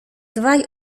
dwaj